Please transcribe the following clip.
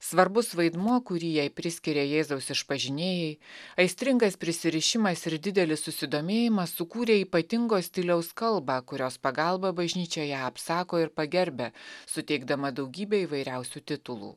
svarbus vaidmuo kurį jai priskiria jėzaus išpažinėjai aistringas prisirišimas ir didelis susidomėjimas sukūrė ypatingo stiliaus kalbą kurios pagalba bažnyčia ją apsako ir pagerbia suteikdama daugybę įvairiausių titulų